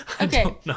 okay